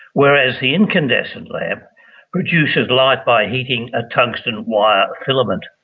whereas the incandescent lamp produces light by heating a tungsten wire filament.